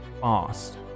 fast